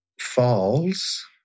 falls